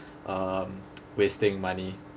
um wasting money